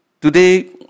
today